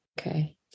Okay